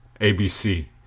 ABC